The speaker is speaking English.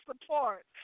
support